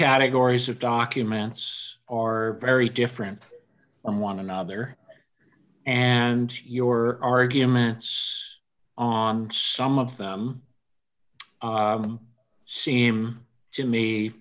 categories of documents are very different from one another and your arguments on some of them seem to me